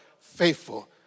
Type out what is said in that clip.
faithful